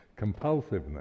compulsiveness